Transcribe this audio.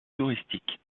touristique